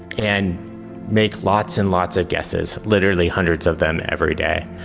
and make lots and lots of guesses, literally hundreds of them every day.